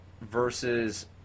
versus